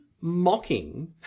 mocking